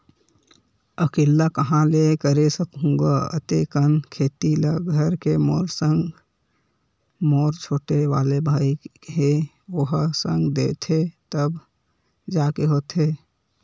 अकेल्ला काँहा ले करे सकहूं गा अते कन खेती ल घर के मोर संग मोर छोटे वाले भाई हे ओहा संग देथे तब जाके होथे